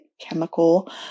chemical